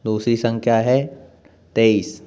दूसरी संख्या है तेईस